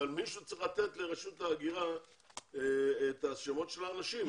אבל מישהו צריך לתת לרשות ההגירה את שמות האנשים.